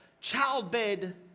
Childbed